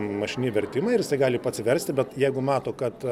mašininį vertimą ir gali pats versti bet jeigu mato kad